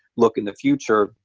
look, in the future,